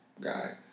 guy